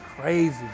Crazy